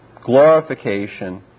glorification